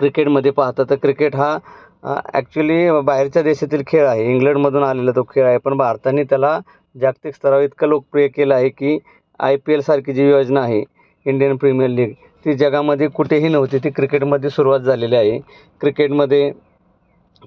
क्रिकेटमध्ये पाहता तर क्रिकेट हा ॲक्च्युली बाहेरच्या देशातील खेळ आहे इंग्लंडमधून आलेला तो खेळ आहे पण भारतानी त्याला जागतिक स्तरावर इतकं लोकप्रिय केलं आहे की आय पी एलसारखी जी योजना आहे इंडियन प्रीमियम लीग ती जगामध्ये कुठेही नव्हती ती क्रिकेटमध्ये सुरुवात झालेली आहे क्रिकेटमध्ये